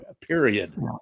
period